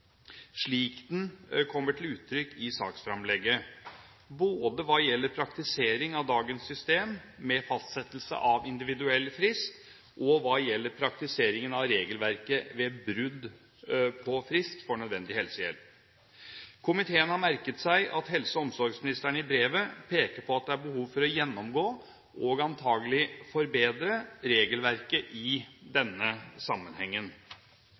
slik den kommer til uttrykk i saksfremlegget, både hva gjelder praktisering av dagens system med fastsettelse av individuell frist, og hva gjelder praktiseringen av regelverket ved brudd på frist for nødvendig helsehjelp. Komiteen har merket seg at helse- og omsorgsministeren i brevet peker på at det er behov for å gjennomgå, og antakelig forbedre, regelverket i denne sammenhengen.